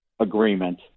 agreement